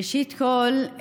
ראשית כול,